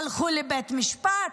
הלכו לבית משפט,